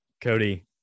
cody